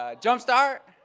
ah jump start.